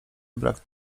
brak